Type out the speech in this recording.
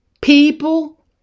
People